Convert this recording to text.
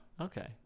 Okay